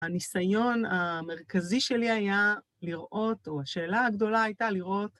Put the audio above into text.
הניסיון המרכזי שלי היה לראות, או השאלה הגדולה הייתה לראות,